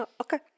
Okay